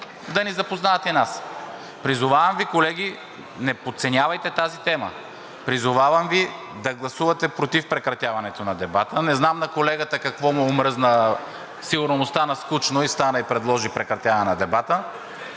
да ни запознаят и нас. Призовавам Ви, колеги, не подценявайте тази тема! Призовавам Ви да гласувате против прекратяването на дебата! Не знам на колегата какво му омръзна – сигурно му стана скучно и стана и предложи прекратяване на дебата,